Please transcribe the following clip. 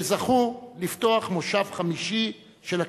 שזכו לפתוח מושב חמישי של הכנסת.